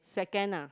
second ah